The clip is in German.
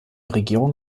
regierung